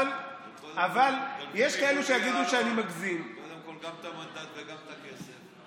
קודם כול, גם את המנדט וגם את הכסף, נכון.